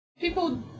People